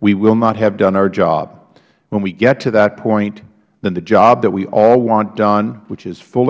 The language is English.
we will not have done our job when we get to that point then the job that we all want done which is full